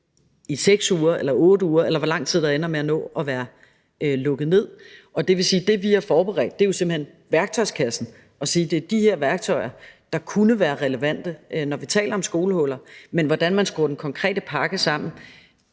ned i 6 eller 8 uger, eller hvor lang tid der ender med at nå at være lukket ned. Det vil sige, at det, vi har forberedt, simpelt hen er værktøjskassen, og vi har sagt: Det er de her værktøjer, der kunne være relevante, når vi taler om skolehuller. Men hvordan man skruer den konkrete pakke sammen,